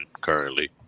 currently